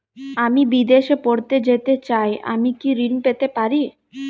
আমি বিদেশে পড়তে যেতে চাই আমি কি ঋণ পেতে পারি?